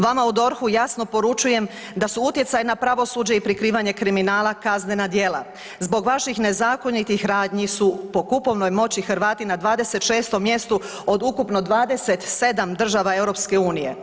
Vama u DORH-u jasno poručujem da su utjecaj na pravosuđe i prikrivanje kriminala kaznena djela, zbog vaših nezakonitih radnji su po kupovnoj moći Hrvati na 26. mjestu od ukupno 27 država EU.